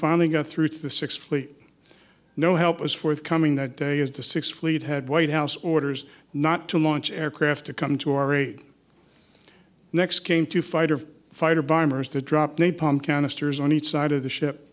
finally got through to the sixth fleet no help was forthcoming that day as the sixth fleet had white house orders not to launch aircraft to come to our aid next came to fighter of fighter bombers to drop napalm canisters on each side of the ship